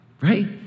Right